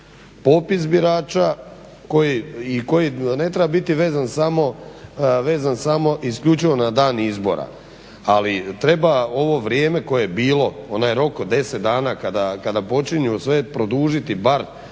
popis birača i koji ne treba biti vezan samo isključivo na dan izbora, ali treba ovo vrijeme koje je bilo, onaj rok od 10 dana kada počinju sve produžiti bar na